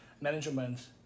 management